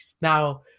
now